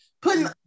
Putting